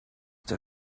der